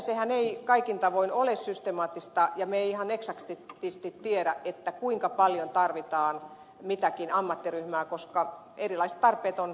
sehän ei kaikin tavoin ole systemaattista ja me emme ihan eksaktisti tiedä kuinka paljon tarvitaan mitäkin ammattiryhmää koska erilaiset tarpeet on